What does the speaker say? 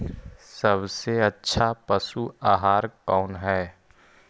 सबसे अच्छा पशु आहार कौन है?